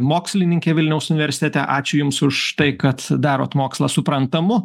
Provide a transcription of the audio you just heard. mokslininkė vilniaus universitete ačiū jums už tai kad darot mokslą suprantamu